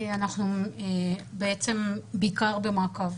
כרגע אנחנו בעיקר במעקב.